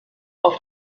auf